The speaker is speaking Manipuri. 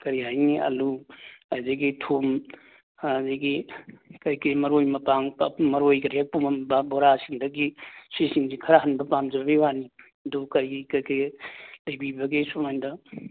ꯀꯔꯤ ꯍꯥꯏꯅꯤꯡꯏ ꯑꯥꯂꯨ ꯑꯗꯨꯗꯒꯤ ꯊꯨꯝ ꯑꯗꯨꯗꯒꯤ ꯀꯩꯀꯩ ꯃꯔꯣꯏ ꯃꯄꯥꯡ ꯃꯔꯣꯏꯒ ꯍꯦꯛ ꯄꯨꯝꯃꯝꯕ ꯕꯣꯔꯥꯁꯤꯡꯗꯒꯤ ꯁꯤꯖꯤꯡꯁꯦ ꯈꯔ ꯍꯟꯕ ꯄꯥꯝꯖꯕꯒꯤ ꯋꯥꯅꯤ ꯑꯗꯨ ꯀꯔꯤ ꯀꯩꯀꯩ ꯂꯩꯕꯤꯕꯒꯦ ꯁꯨꯃꯥꯏꯅ